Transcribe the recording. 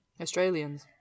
Australians